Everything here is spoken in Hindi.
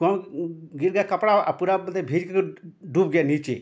कहुँ गिर गया कपड़ा पूरा मतलब भीज कर डूब गया नीचे